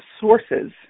sources